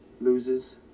loses